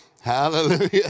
Hallelujah